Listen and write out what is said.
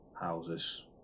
houses